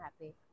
happy